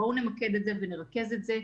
בואו נמקד את זה ונרכז את זה.